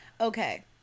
Okay